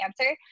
answer